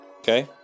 Okay